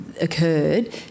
occurred